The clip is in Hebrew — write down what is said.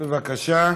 בבקשה.